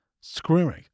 screaming